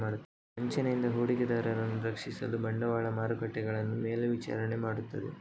ವಂಚನೆಯಿಂದ ಹೂಡಿಕೆದಾರರನ್ನು ರಕ್ಷಿಸಲು ಬಂಡವಾಳ ಮಾರುಕಟ್ಟೆಗಳನ್ನು ಮೇಲ್ವಿಚಾರಣೆ ಮಾಡುತ್ತದೆ